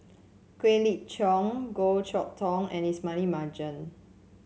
Quek Ling Kiong Goh Chok Tong and Ismail Marjan